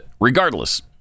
regardless